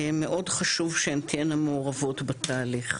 מאוד חשוב שהן תהיינה מעורבות בתהליך,